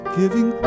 giving